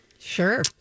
Sure